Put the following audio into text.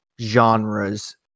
genres